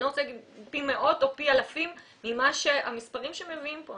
אני לא רוצה להגיד פי מאות או פי אלפים מהמספרים שמביאים פה.